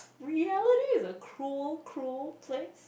reality is a cruel cruel place